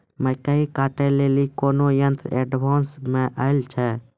मकई कांटे ले ली कोनो यंत्र एडवांस मे अल छ?